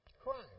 crime